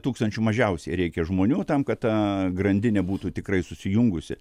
tūkstančių mažiausiai reikia žmonių tam kad ta grandinė būtų tikrai susijungusi